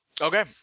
Okay